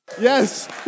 Yes